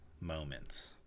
moments